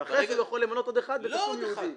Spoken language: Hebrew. ואחרי זה הוא יכול למנות עוד אחד בתשלום יהודי.